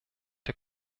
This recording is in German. der